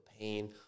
pain